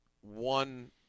one